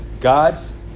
God's